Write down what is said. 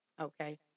Okay